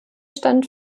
stand